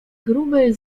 gruby